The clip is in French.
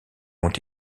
ont